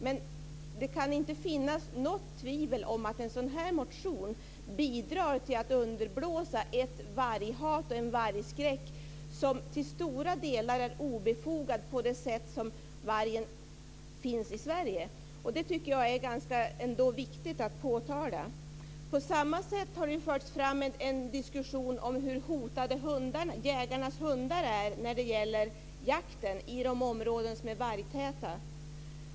Men det kan inte finnas något tvivel om att en sådan här motion bidrar till att underblåsa ett varghat, en vargskräck som till stora delar är obefogad med tanke på det sätt som vargen finns i Sverige. Det tycker jag är viktigt att påtala. På samma sätt har det förts en diskussion om hur hotade jägarnas hundar är när det gäller jakten i de områden som är vargtäta.